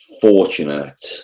fortunate